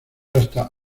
hasta